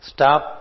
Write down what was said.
Stop